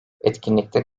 etkinlikte